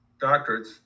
doctorates